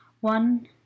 one